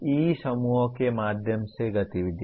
ई समूहों के माध्यम से गतिविधियाँ